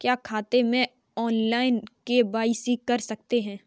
क्या खाते में ऑनलाइन के.वाई.सी कर सकते हैं?